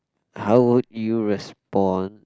how would you respond